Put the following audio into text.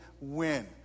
win